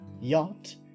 Yacht